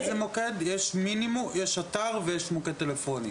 יש אתר ויש מוקד טלפוני.